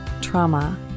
trauma